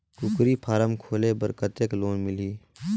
कूकरी फारम खोले बर कतेक लोन मिलही?